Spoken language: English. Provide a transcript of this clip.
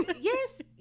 Yes